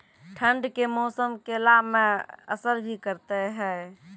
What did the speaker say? ठंड के मौसम केला मैं असर भी करते हैं?